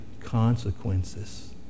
consequences